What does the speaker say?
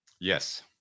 Yes